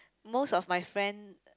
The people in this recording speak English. most of my friend